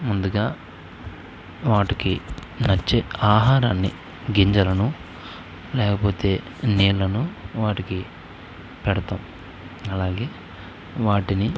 ముందుగా వాటికీ నచ్చే ఆహారాన్ని గింజలను లేకపోతే నీళ్ళను వాటికీ పెడతాము అలాగే వాటిని